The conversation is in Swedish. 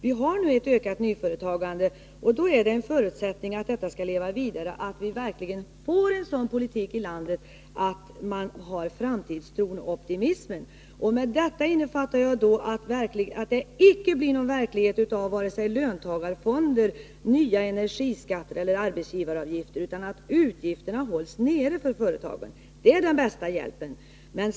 Vi har nu ett ökat nyföretagande, och en förutsättning för att de företagen skall leva vidare är att vi får en sådan politik i landet som ger framtidstro och optimism. I detta innefattar jag att det icke skall bli någon verklighet av vare sig löntagarfonder, nya energiskatter eller arbetsgivaravgifter, utan att utgifterna hålls nere för företagen. Det är den bästa hjälpen.